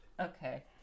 okay